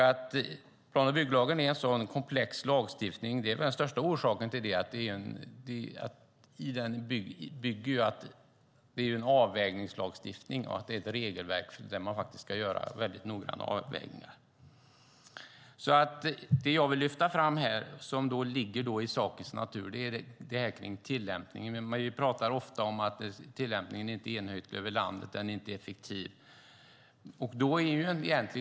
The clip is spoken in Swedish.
Att plan och bygglagen är en sådan komplex lagstiftning är väl den största orsaken till det. Den bygger på ett regelverk där man ska göra noggranna avvägningar. Det jag vill lyfta fram här och som ligger i sakens natur är det här med tillämpning.